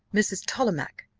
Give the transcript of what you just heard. mrs. tollemache?